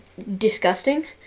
disgusting